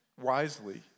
wisely